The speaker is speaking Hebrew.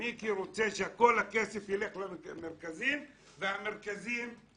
שכל הכסף ילך למרכזים,